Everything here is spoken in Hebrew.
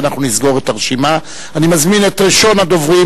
אני פונה מכאן לראש הממשלה: צריך לאפשר ליהודים להתפלל בקבר יוסף,